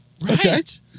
Right